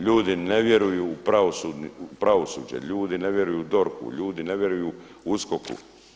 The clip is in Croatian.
Ljudi ne vjeruju u pravosuđe, ljudi ne vjeruju DORH-u, ljudi ne vjeruju USKOK-u.